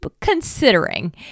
considering